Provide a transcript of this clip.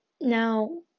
Now